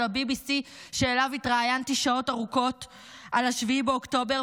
ה-BBC שאליו התראיינתי שעות ארוכות על 7 באוקטובר,